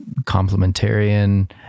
complementarian